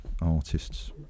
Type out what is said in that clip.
artists